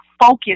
focus